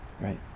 Right